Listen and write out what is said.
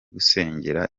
gusengera